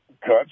cuts